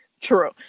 true